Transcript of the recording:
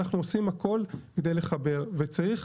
אנחנו עושים הכל כדי לחבר וצריך,